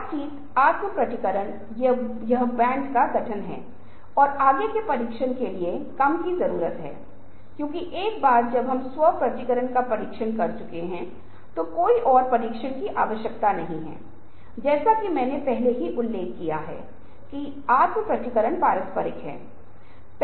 समाज जो प्रमुख रूप से मुख्य रूप से पाठ उन्मुख था वहां का हैंगओवर अभी भी है अभी भी ग्रंथों के साथ बहुत कुछ संवाद करता है लेकिन जिस तरह से हम ग्रंथों के साथ संवाद करते हैं वह धीरे धीरे बदल रहा है यह अधिक नेत्रहीन रूप से उन्मुख हो रहा है जैसा कि मैंने आपको पहले बताया था यह संक्षिप्त और व्याकरणिक होता जा रहा है दुनिया में एक नए प्रकार के ग्रंथ उभर रहे हैं